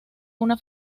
una